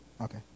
Okay